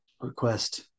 request